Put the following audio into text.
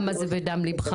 מבינה למה זה בדם לבך,